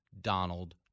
Donald